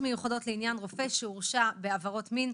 מיוחדות לעניין רופא שהורשע בעבירת מין),